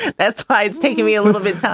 that's why it's taking me a little bit.